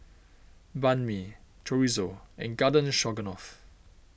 Banh Mi Chorizo and Garden Stroganoff